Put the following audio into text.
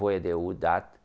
where they would that